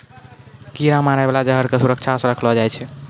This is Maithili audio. कीरा मारै बाला जहर क सुरक्षा सँ रखलो जाय छै